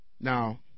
Now